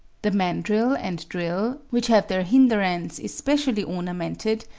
the mandrill and drill, which have their hinder ends especially ornamented,